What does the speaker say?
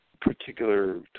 particular